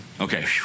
Okay